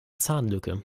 zahnlücke